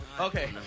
Okay